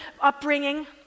upbringing